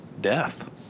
death